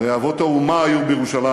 הרי אבות האומה היו בירושלים.